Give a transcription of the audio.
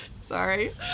Sorry